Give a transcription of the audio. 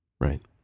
Right